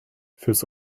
fürs